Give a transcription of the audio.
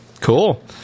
Cool